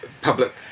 public